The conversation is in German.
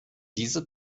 diese